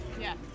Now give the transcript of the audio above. Yes